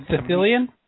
Sicilian